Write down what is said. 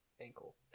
Ankle